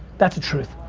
that's the truth.